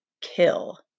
kill